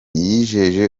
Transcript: yijeje